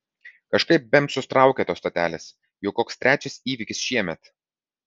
kažkaip bemsus traukia tos stotelės jau koks trečias įvykis šiemet